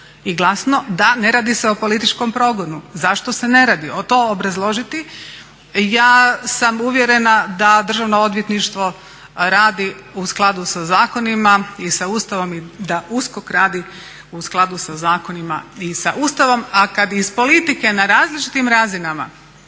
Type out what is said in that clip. i glasno da ne radi se o političkom progonu. Zašto se ne radi, to obrazložiti. Ja sam uvjerena da Državno odvjetništvo radi u skladu sa zakonima i sa Ustavom i da USKOK radi u skladu sa zakonima i sa Ustavom a kada iz politike na različitim razinama